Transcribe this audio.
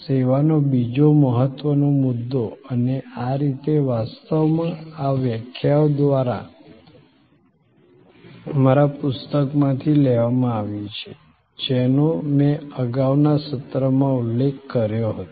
સેવાનો બીજો મહત્વનો મુદ્દો અને આ રીતે વાસ્તવમાં આ વ્યાખ્યાઓ અમારા પુસ્તકમાંથી લેવામાં આવી છે જેનો મેં અગાઉના સત્રમાં ઉલ્લેખ કર્યો હતો